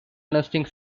nesting